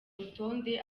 rutonde